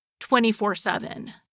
24-7